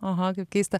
oho kaip keista